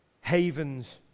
havens